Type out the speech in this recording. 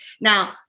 Now